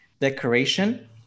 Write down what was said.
decoration